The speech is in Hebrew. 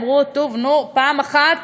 אמרו: טוב, נו, פעם אחת